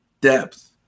depth